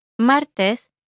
Martes